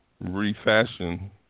refashion